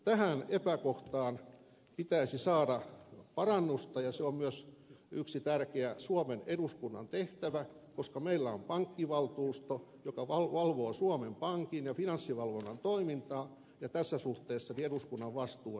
tähän epäkohtaan pitäisi saada parannusta ja se on myös yksi tärkeä suomen eduskunnan tehtävä koska meillä on pankkivaltuusto joka valvoo suomen pankin ja finanssivalvonnan toimintaa ja tässä suhteessa eduskunnan vastuu on erittäin suuri